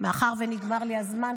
מאחר שנגמר לי הזמן,